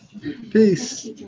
Peace